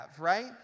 right